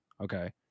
okay